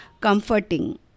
comforting